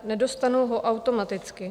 Nedostanou ho automaticky.